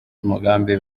umugambi